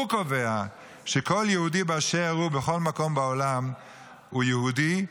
הוא קובע שכל יהודי באשר הוא בכל מקום בעולם הוא יהודי,